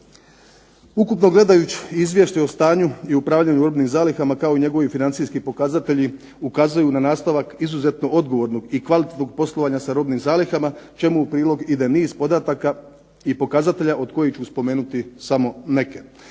Ukupno gledajući Izvješće o stanju i upravljanju robnim zalihama kao i njegovi financijski pokazatelji ukazuju na nastavak izuzetno odgovornog i kvalitetnog poslovanja sa robnim zalihama čemu u prilog ide niz podataka i pokazatelja od kojih ću spomenuti samo neke.